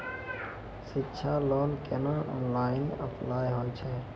शिक्षा लोन केना online apply होय छै?